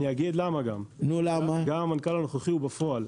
אני אגיד למה גם המנכ"ל הנוכחי הוא בפועל.